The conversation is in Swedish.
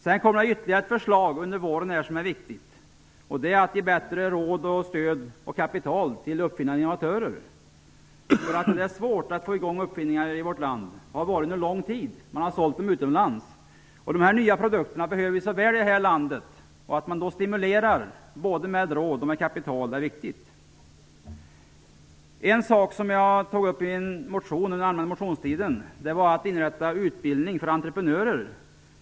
Ytterligare viktiga förslag kommer under våren som innebär bättre råd, stöd och kapital till uppfinningar och innovatörer. Det har varit svårt att få igång verksamhet kring uppfinningar i vårt land; man har sålt uppfinningarna till utlandet. Men vi behöver dessa nya produkter så väl i vårt land. Det är därför riktigt att stimulera både med råd och kapital. Under den allmänna motionstiden tog jag upp frågan om att vid våra högskolor inrätta utbildning för entreprenörer.